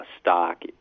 stock